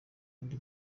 kundi